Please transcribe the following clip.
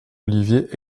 olivier